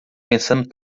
pensando